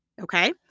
okay